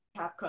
CapCut